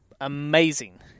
amazing